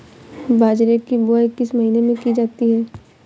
बाजरे की बुवाई किस महीने में की जाती है?